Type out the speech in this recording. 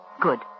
Good